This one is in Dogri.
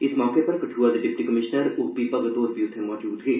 इस मौके पर कठुआ दे deputy commissioner O P Bhagat होर बी मजूद हे